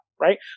Right